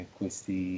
questi